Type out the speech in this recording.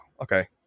okay